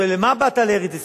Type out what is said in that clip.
אמרתי לו: למה באת לארץ-ישראל?